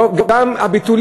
ביטול